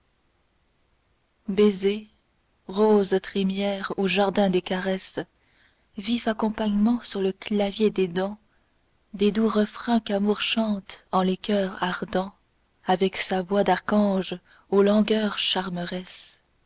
baiser rose trémière au jardin des caresses vif accompagnement sur le clavier des dents des doux refrains qu'amour chante en les coeurs ardents avec sa voix d'archange aux langueurs